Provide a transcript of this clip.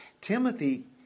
Timothy